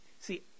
see